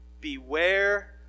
Beware